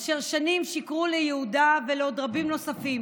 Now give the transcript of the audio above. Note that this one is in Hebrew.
אשר שנים שיקרו ליהודה ולעוד רבים נוספים,